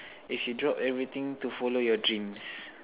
if you drop everything to follow your dreams